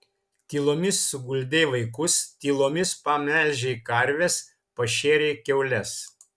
tylomis suguldei vaikus tylomis pamelžei karves pašėrei kiaules